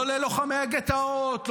לא ללוחמי הגטאות,